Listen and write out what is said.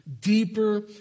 deeper